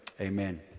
Amen